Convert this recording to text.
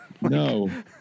No